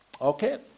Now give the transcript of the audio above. Okay